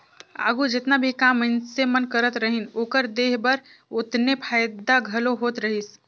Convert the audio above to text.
आघु जेतना भी काम मइनसे मन करत रहिन, ओकर देह बर ओतने फएदा घलो होत रहिस